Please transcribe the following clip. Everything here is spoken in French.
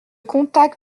contact